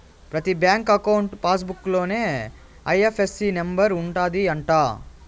ప్రతి bank account passbook లోనే IFSC number ఉంటది అంట